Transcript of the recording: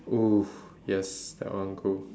oh yes that one cool